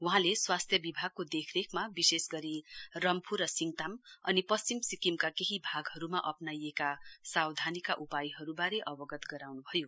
वहाँले स्वास्थ्य विभागको देखरेखमा विशेष गरी रम्फू र सिङताम अनि पश्चिम सिक्किमका केही भागहरुमा अप्नाइएका सावधानीका उपायहरुवारे अवगत गराउनुभयो